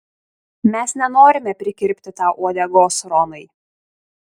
mes nenorime prikirpti tau uodegos ronai